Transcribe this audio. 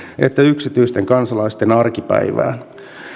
että yksityisten kansalaisten arkipäivään